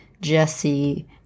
Jesse